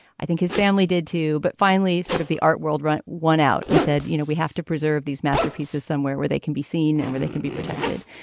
i think his family did, too. but finally, sort of the art world, right one out and said, you know, we have to preserve these masterpieces somewhere where they can be seen and where they can be protected.